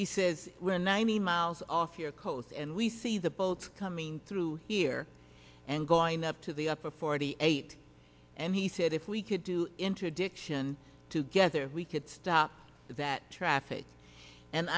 he says we're ninety miles off your coast and we see the both coming through here and going up to the upper forty eight and he said if we could do interdiction to get there we could stop that traffic and